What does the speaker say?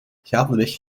gaandeweg